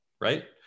right